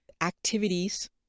activities